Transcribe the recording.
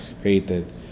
created